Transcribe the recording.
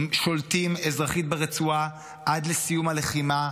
שולטים אזרחית ברצועה עד לסיום הלחימה,